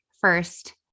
First